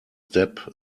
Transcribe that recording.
step